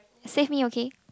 save me okay